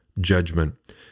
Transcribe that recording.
Judgment